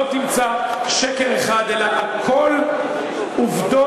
לא תמצא שקר אחד, אלא הכול עובדות.